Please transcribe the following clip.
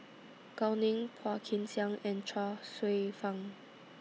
Gao Ning Phua Kin Siang and Chuang Hsueh Fang